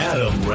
Adam